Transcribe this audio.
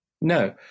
No